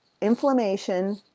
inflammation